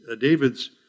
David's